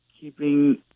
keeping